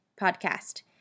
podcast